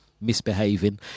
misbehaving